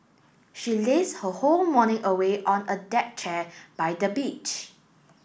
she lazed her whole morning away on a deck chair by the beach